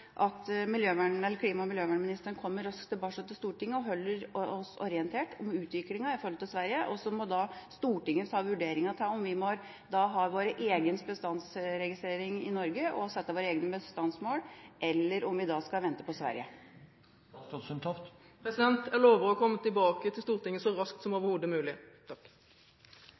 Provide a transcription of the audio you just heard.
klima- og miljøvernministeren kommer tilbake til Stortinget og holder oss orientert om utviklingen i Sverige. Så må Stortinget ta en vurdering av hvorvidt vi må ha en egen bestandsregistrering i Norge og sette våre egne bestandsmål, eller om vi skal vente på Sverige. Jeg lover å komme tilbake til Stortinget så raskt som overhodet mulig.